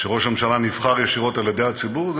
שראש הממשלה נבחר ישירות על-ידי הציבור,